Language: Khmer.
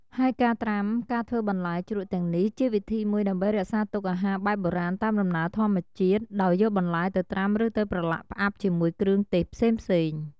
ហេីយការត្រាំការធ្វើបន្លែជ្រក់ទាំងនេះជាវិធីមួយ ដេីម្បីរក្សាទុកអាហារបែបបុរាណតាមដំណើរធម្មជាតិ ដោយយកបន្លែទៅត្រាំឬទៅប្រឡាក់ផ្អាប់ជាមួយគ្រឿងទេសផ្សេងៗ។